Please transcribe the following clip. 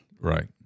Right